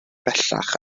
bellach